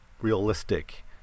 realistic